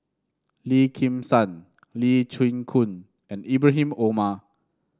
Lim Kim San Lee Chin Koon and Ibrahim Omar